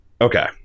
Okay